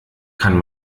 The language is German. kann